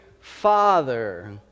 father